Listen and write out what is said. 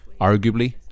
Arguably